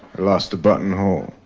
lost a buttonhole.